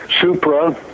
supra